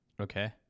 Okay